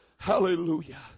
Hallelujah